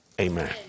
Amen